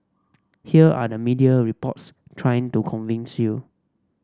here are the media reports trying to convince you